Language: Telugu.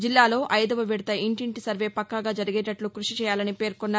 జిల్లాలో ఐదవ విడత ఇంటింటి సర్వే పక్కాగా జరిగేటట్లు క్బషి చేయాలని పేర్కొన్నారు